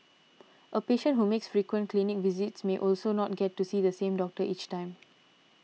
a patient who makes frequent clinic visits may also not get to see the same doctor each time